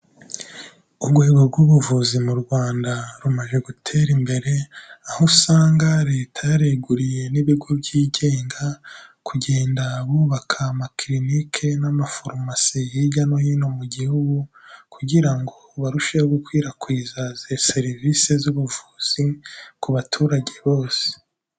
Urwego rw'ubuvuzi mu Rwanda rumaze gutera imbere, aho usanga Leta yariguriye n'ibigo byigenga kugenda bubaka amakirinike n'amaforumasi hirya no hino mu gihugu kugira ngo barusheho gukwirakwiza serivise z'ubuvuzi ku baturage bose.